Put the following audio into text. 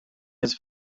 his